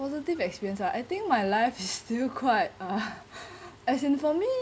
positive experience uh I think my life is still quite uh as in for me